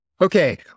Okay